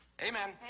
Amen